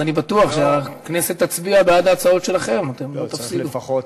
ואני בטוח שהכנסת תצביע בעד ההצעות שלכם ולא תפסידו.